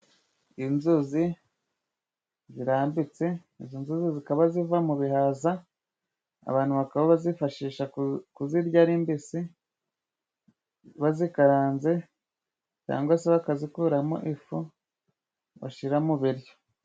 Inzuzi zirambitse, izo nzuzi zikaba ziva mu bihaza. Abantu bakaba bazifashisha kuzirya ari mbisi, bazikaranze, cyangwa se bakazikuramo ifu, bashira mu biryo.